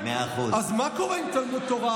אז מה קורה עם תלמוד תורה